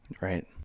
Right